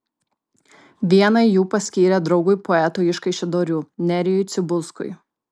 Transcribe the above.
vieną jų paskyrė draugui poetui iš kaišiadorių nerijui cibulskui